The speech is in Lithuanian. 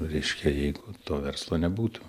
reiškia jeigu to verslo nebūtų